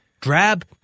Drab